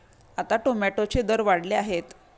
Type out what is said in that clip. आता टोमॅटोचे दर वाढले आहेत